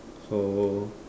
so